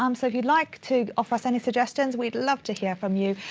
um so if you'd like to offer us any suggestions, we'd love to hear from you.